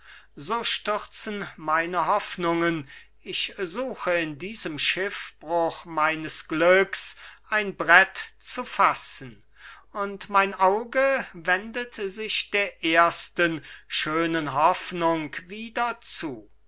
so stürzen meine hoffnungen ich suche in diesem schiffbruch meines glücks ein brett zu fassen und mein auge wendet sich der ersten schönen hoffnung wieder zu